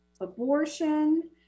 abortion